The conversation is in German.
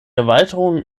erweiterung